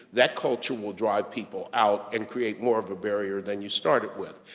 that culture will drive people out and create more of a barrier than you started with.